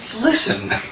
listen